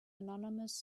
anonymous